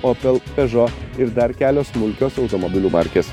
opel pežo ir dar kelios smulkios automobilių markės